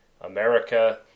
America